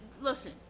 listen